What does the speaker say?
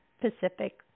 Pacific